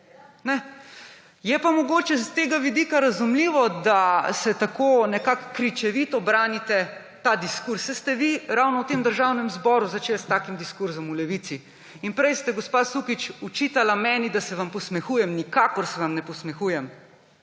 Je pa mogoče s tega vidika razumljivo, da tako krčevito branite ta diskurz, saj ste vi v Levici ravno v tem državnem zboru začeli s takim diskurzom. Prej ste, gospa Sukič, očitali meni, da se vam posmehujem. Nikakor se vam ne posmehujem.